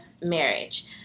marriage